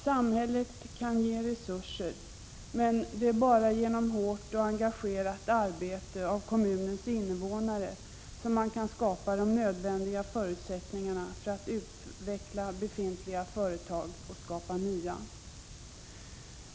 Samhället kan ge resurser, men det är bara genom hårt och engagerat arbete av kommunens innevånare som man kan skapa de nödvändiga förutsättningarna för att utveckla befintliga företag och skapa nya.